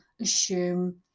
assume